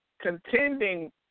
contending